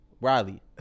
Riley